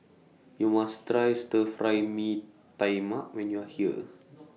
YOU must Try Stir Fry Mee Tai Mak when YOU Are here